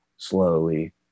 slowly